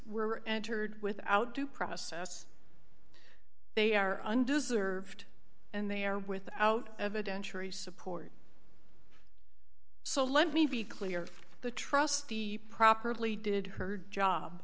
were entered without due process they are undeserved and they are without evidence for a support so let me be clear the trust the properly did her job